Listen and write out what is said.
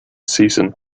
season